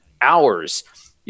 hours